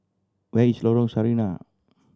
where is Lorong Sarina